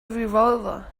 revolver